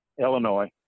Illinois